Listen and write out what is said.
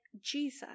Jesus